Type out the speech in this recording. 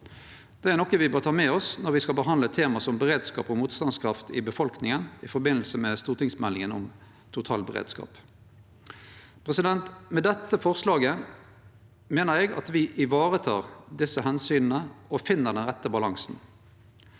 Dette er noko me bør ta med oss når me skal behandle tema som beredskap og motstandskraft i befolkninga i forbindelse med stortingsmeldinga om totalberedskap. Med dette forslaget meiner eg at me ivaretek desse omsyna og finn den rette balansen.